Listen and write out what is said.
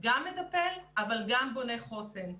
גם מטפל, אבל גם בונה חוסן.